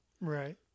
Right